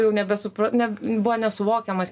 jau nebesupras ne buvo nesuvokiamas